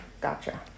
gotcha